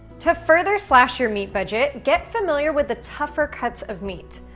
to further slash your meat budget, get familiar with the tougher cuts of meat.